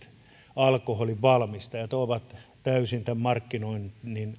alkoholinvalmistajat ovat täysin tämän markkinoinnin